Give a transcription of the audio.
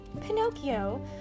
Pinocchio